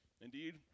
Indeed